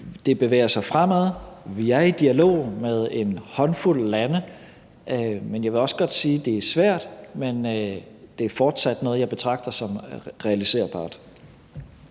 det bevæger sig fremad, og vi er i dialog med en håndfuld lande. Jeg vil også godt sige, at det er svært, men det er fortsat noget, jeg betragter som realiserbart.